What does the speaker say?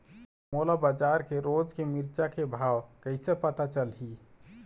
मोला बजार के रोज के मिरचा के भाव कइसे पता चलही?